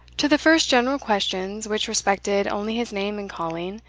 to the first general questions, which respected only his name and calling,